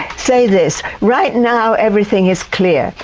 say this. right now everything is clear.